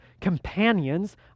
companions